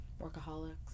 workaholics